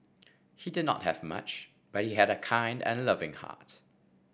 he did not have much but he had a kind and loving heart